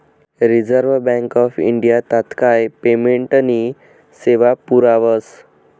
reserve Bank of India तात्काय पेमेंटनी सेवा पुरावस